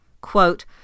Quote